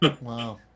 Wow